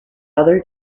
other